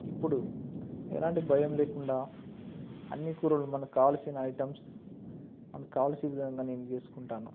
ఇప్పుడు ఎలాంటి భయం లేకుండా అన్నీ కూరలు మనకు కావాల్సిన ఐటమ్స్ మనకు కావాల్సిన విధంగా నేను చేసుకుంటాను